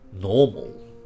normal